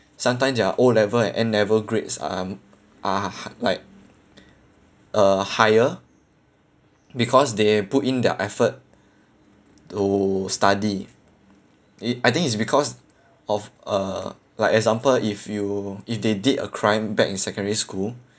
sometimes their O level and N level grades um are like uh higher because they put in their effort to study it I think it's because of uh like example if you if they did a crime back in secondary school